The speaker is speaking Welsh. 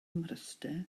mryste